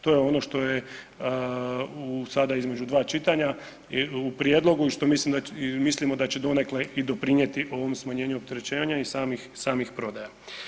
To je ono što u sada između dva čitanja u prijedlogu i što mislio da će donekle i doprinijeti ovom smanjenju opterećenja i samih, samih prodaja.